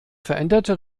veränderte